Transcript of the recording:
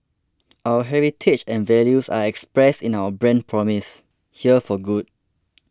our heritage and values are expressed in our brand promise here for good